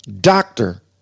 doctor